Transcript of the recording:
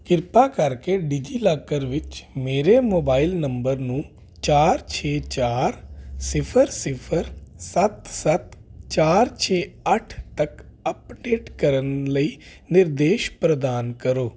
ਕਿਰਪਾ ਕਰੇ ਡਿਜੀਲਾਕਰ ਵਿੱਚ ਮੇਰੇ ਮੋਬਾਈਲ ਨੰਬਰ ਨੂੰ ਚਾਰ ਛੇ ਚਾਰ ਸਿਫਰ ਸਿਫਰ ਸੱਤ ਸੱਤ ਚਾਰ ਛੇ ਅੱਠ ਤੱਕ ਅੱਪਡੇਟ ਕਰਨ ਲਈ ਨਿਰਦੇਸ਼ ਪ੍ਰਦਾਨ ਕਰੋ